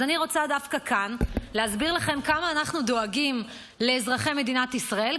אז אני רוצה דווקא כאן להסביר לכם כמה אנחנו דואגים לאזרחי מדינת ישראל,